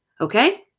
Okay